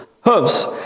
hooves